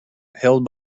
held